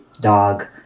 dog